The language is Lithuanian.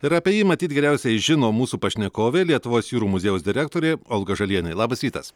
ir apie jį matyt geriausiai žino mūsų pašnekovė lietuvos jūrų muziejaus direktorė olga žalienė labas rytas